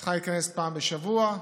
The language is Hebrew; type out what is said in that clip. צריכה להתכנס פעם בשבוע.